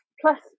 Plus